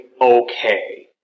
okay